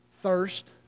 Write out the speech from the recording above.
Thirst